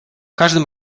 każdym